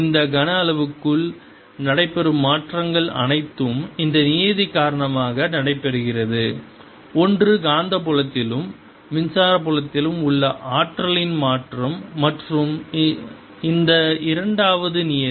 இந்த கன அளவுக்குள் நடைபெறும் மாற்றங்கள் அனைத்தும் இந்த நியதி காரணமாக நடைபெறுகிறது ஒன்று காந்தப்புலத்திலும் மின்சார புலத்திலும் உள்ள ஆற்றலின் மாற்றம் மற்றும் இந்த இரண்டாவது நியதி